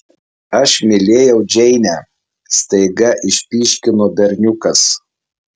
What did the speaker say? aš mylėjau džeinę staiga išpyškino berniukas